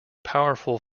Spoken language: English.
powerful